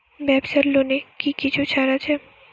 ব্যাবসার লোনে কি কিছু ছাড় আছে?